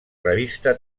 revista